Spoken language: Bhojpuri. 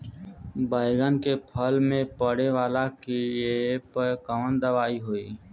बैगन के फल में पड़े वाला कियेपे कवन दवाई होई?